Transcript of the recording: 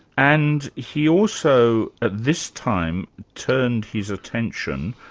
and he also at this time turned his attention,